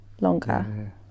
longer